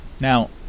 Now